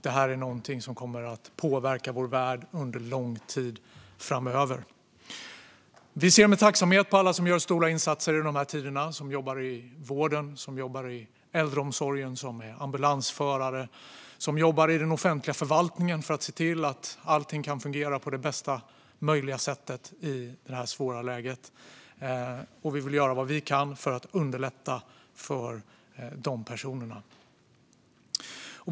Detta kommer att påverka vår värld under lång tid framöver. Vi ser med tacksamhet på alla som gör stora insatser i dessa tider - de som jobbar i vården och äldreomsorgen, de som är ambulansförare och de som jobbar i den offentliga förvaltningen för att se till att allt kan fungera på bästa möjliga sätt i detta svåra läge. Vi vill göra vad vi kan för att underlätta för dessa personer.